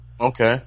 Okay